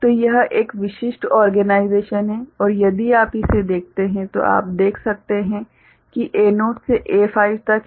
तो यह एक विशिष्ट ओर्गेनाइजेशन है और यदि आप इसे देखते हैं तो आप देख सकते हैं कि A0 से A5 तक हैं